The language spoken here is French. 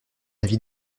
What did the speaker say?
avis